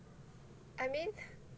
I mean